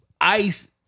Ice